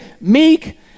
meek